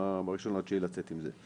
ב-1.9 לצאת עם זה.